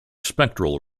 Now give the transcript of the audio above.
spectral